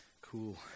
Cool